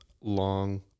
long